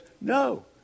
no